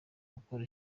gukora